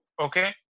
Okay